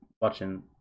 watching